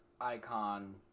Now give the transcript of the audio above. Icon